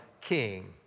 king